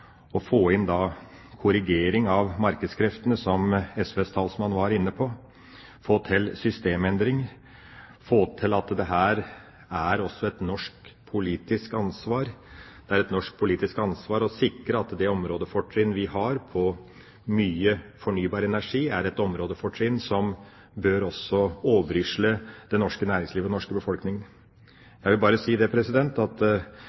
å få en helhet og en forutsigbarhet, få inn korrigering av markedskreftene, som SVs talsmann var inne på, få til systemendring, få til at det også er et norsk politisk ansvar å sikre at det områdefortrinn vi har med mye fornybar energi, er et områdefortrinn som også bør overrisle det norske næringslivet og den norske befolkning. Jeg vil bare si at